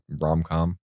rom-com